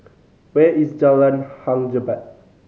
where is Jalan Hang Jebat